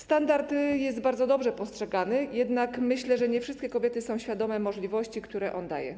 Standard jest bardzo dobrze postrzegany, jednak myślę, że nie wszystkie kobiety są świadome możliwości, które on daje.